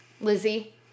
Lizzie